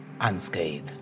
unscathed